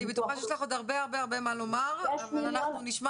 אני בטוחה שיש לך עוד הרבה הרבה מה לומר ואנחנו נשמע